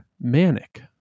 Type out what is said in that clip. Manic